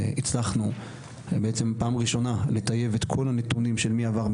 הצלחנו בעצם פעם ראשונה לטייב את כל הנתונים של מי עבר,